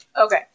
okay